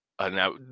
now